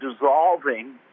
dissolving